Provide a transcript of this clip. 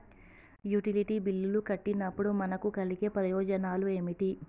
Utility బిల్లులు కట్టినప్పుడు మనకు కలిగే ప్రయోజనాలు ఏమిటి?